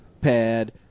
pad